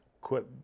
quit